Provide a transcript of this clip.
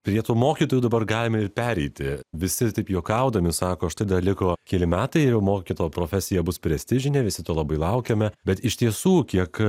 prie tų mokytojų dabar galime ir pereiti visi taip juokaudami sako aš tada liko keli metai ir mokytojo profesija bus prestižinė visi to labai laukiame bet iš tiesų kiek